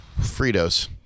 Fritos